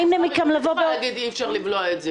את לא יכולה להגיד "אי-אפשר לבלוע את זה".